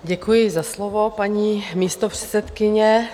Děkuji za slovo, paní místopředsedkyně.